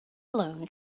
alone